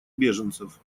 беженцев